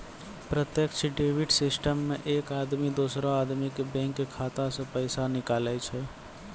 प्रत्यक्ष debit system मे एक आदमी दोसरो आदमी के बैंक खाता से पैसा निकाले छै